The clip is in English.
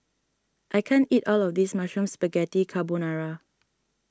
I can't eat all of this Mushroom Spaghetti Carbonara